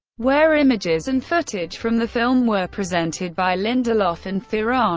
where images and footage from the film were presented by lindelof and theron